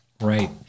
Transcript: Right